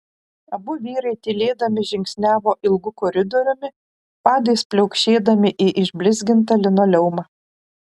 abu vyrai tylėdami žingsniavo ilgu koridoriumi padais pliaukšėdami į išblizgintą linoleumą